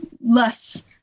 less